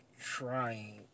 trying